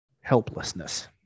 helplessness